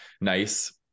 nice